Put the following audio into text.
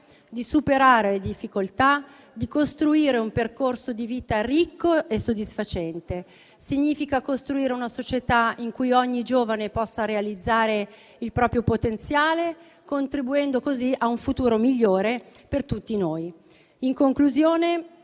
superare le difficoltà, costruire un percorso di vita ricco e soddisfacente. Significa costruire una società in cui ogni giovane possa realizzare il proprio potenziale, contribuendo così a un futuro migliore per tutti noi. In conclusione,